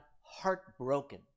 heartbroken